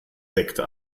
sekte